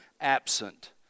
absent